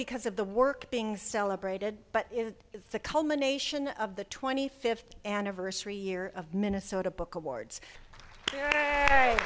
because of the work being celebrated but it's the culmination of the twenty fifth anniversary year of minnesota book awards